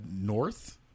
North